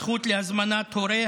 הזכות להזמנת הורה,